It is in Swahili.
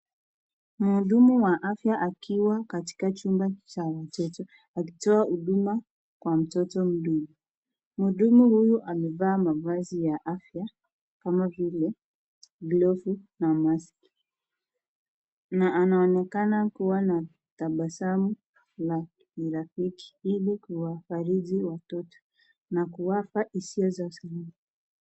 Mhudumu ya afya akiwa Katika chumba akitoa huduma Kwa mtoto mhudumu huyu amefaa mavazi ya afya ama vile kilofu na maski na anonekana kuwa kuwa akina tapasamu na urafiki hili wafariji watoto na kuwefaa hisio sa sahili.